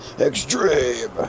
Extreme